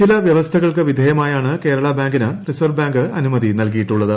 ചില വ്യവസ്ഥകൾക്ക് വിധേയമായാണ് കേരള ബാങ്കിന് റിസർവ് ബാങ്ക് അനുമതി നൽകിയിട്ടുള്ളത്